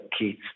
kids